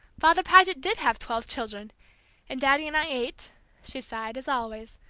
father paget did have twelve children and daddy and i eight she sighed, as always,